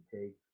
take